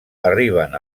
arriben